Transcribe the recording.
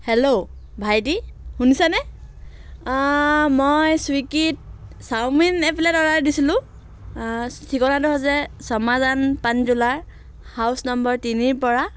hello ভাইটি শুনিছানে মই চুইগিত চাওমিন একপ্লেট অৰ্ডাৰ দিছিলোঁ ঠিকনাটো হৈছে চমৰাজান পানীতোলাৰ হাউচ নম্বৰ তিনিৰ পৰা